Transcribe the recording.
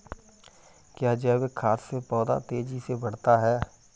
क्या जैविक खाद से पौधा तेजी से बढ़ता है?